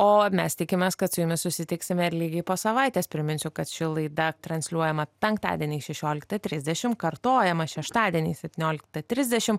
o mes tikimės kad su jumis susitiksime lygiai po savaitės priminsiu kad ši laida transliuojama penktadieniais šešioliktą trisdešim kartojama šeštadieniais septynioliktą trisdešim